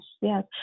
Yes